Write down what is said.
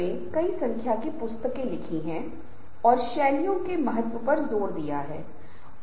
ये सभी समूह बनाने और निर्णय लेने में भी बहुत महत्वपूर्ण हैं